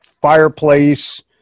fireplace